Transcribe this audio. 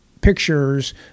pictures